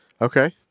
okay